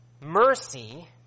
Mercy